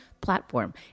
platform